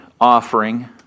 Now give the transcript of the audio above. offering